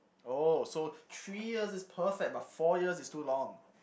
oh so three years is perfect but four years is too long